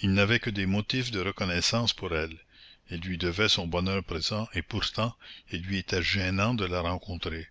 il n'avait que des motifs de reconnaissance pour elle il lui devait son bonheur présent et pourtant il lui était gênant de la rencontrer